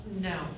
no